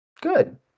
Good